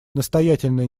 настоятельная